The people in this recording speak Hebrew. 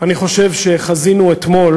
אני חושב שחזינו אתמול